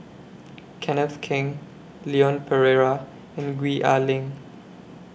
Kenneth Keng Leon Perera and Gwee Ah Leng